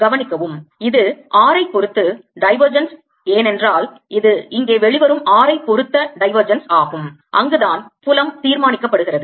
கவனிக்கவும் இது rஐ பொறுத்து divergence ஏனென்றால் இது இங்கே வெளிவரும் rஐ பொறுத்த divergence ஆகும் அங்குதான் புலம் தீர்மானிக்கப்படுகிறது